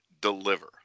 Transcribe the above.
Deliver